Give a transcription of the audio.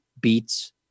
beats